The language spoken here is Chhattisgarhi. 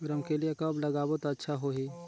रमकेलिया कब लगाबो ता अच्छा होही?